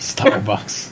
Starbucks